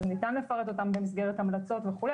אז ניתן לפרט אותם במסגרת המלצות וכו',